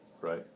right